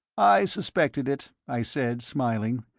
i suspected it, i said, smiling.